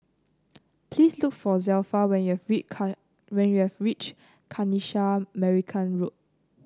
please look for Zelpha when you when you reach Kanisha Marican Road